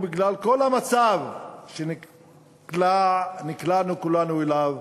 בגלל כל המצב שנקלענו כולנו אליו,